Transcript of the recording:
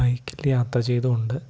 ബൈക്കില് യാത്ര ചെയ്തുകൊണ്ട്